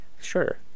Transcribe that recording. sure